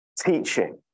teaching